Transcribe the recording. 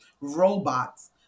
robots